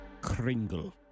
Kringle